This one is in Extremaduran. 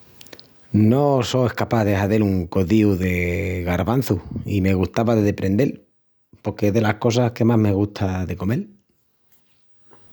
No so escapás de hazel un cozíu de garvançus i me gustava de deprendel porque es delas cosas que más me gusta de comel.